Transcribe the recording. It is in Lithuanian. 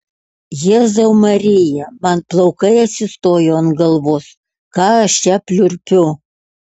jėzau marija man plaukai atsistojo ant galvos ką aš čia pliurpiu